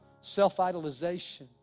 self-idolization